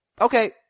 okay